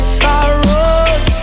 sorrows